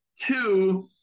two